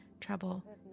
trouble